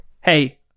hey